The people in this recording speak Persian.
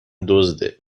دزده